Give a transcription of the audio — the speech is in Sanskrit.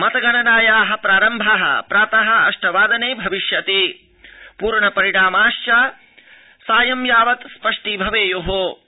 मत गणनाया आरम्भ प्रात अष्ट वादने भविष्यति पूर्ण परिणामाश्च सायं यावत् स्पष्टीभवेय्